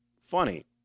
funny